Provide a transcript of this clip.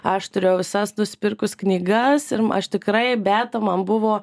aš turėjau visas nusipirkus knygas ir aš tikrai beata man buvo